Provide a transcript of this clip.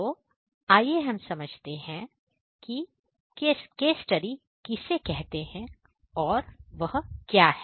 तो आइए हम समझते हैं कि केस स्टडी किसे कहते हैं और क्या है